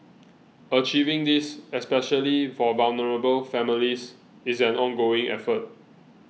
achieving this especially for vulnerable families is an ongoing effort